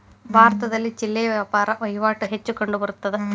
ಭಾರತದಲ್ಲಿ ಚಿಲ್ಲರೆ ವ್ಯಾಪಾರ ವಹಿವಾಟು ಹೆಚ್ಚು ಕಂಡುಬರುತ್ತದೆ